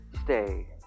stay